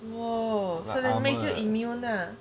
!wow! so that makes you immune lah